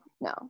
No